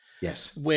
Yes